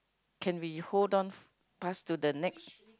can we hold on pass to the next